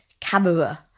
Camera